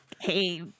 Hey